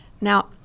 Now